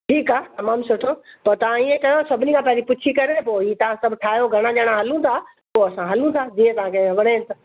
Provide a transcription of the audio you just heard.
ठीकु आहे तमामु सुठो त तव्हां ईअं कयो सभिनी खां पहिरियों पुछी करे पोइ इहा तव्हां सब ठाहियो घणा ॼणा हलूं था पोइ असां हलूं था जीअं तव्हांखे वणे त